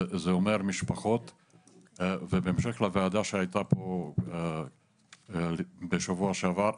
זה אומר משפחות ובהמשך לוועדה שהייתה פה בשבוע שעבר,